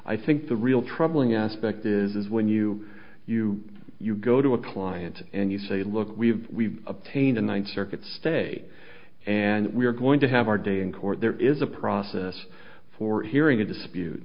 i think the real troubling aspect is when you you you go to a client and you say look we've we've obtained in one circuit stay and we're going to have our day in court there is a process for hearing a dispute